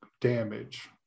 damage